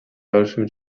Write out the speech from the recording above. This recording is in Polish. dalszym